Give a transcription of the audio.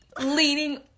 leaning